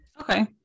Okay